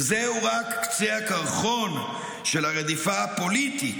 וזהו רק קצה הקרחון של הרדיפה הפוליטית